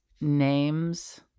names